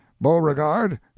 Beauregard